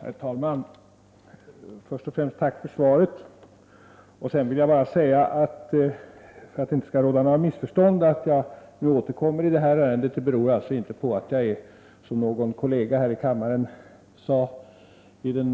Herr talman! Först och främst vill jag tacka för svaret. Sedan vill jag bara säga — för att det inte skall råda missförstånd — att det förhållandet att jag nu återkommer i ärendet inte beror på att jag är någon slags förbudsivrare, som någon kollega i kammaren sade vid